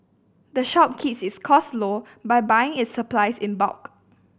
the shop keeps its costs low by buying its supplies in bulk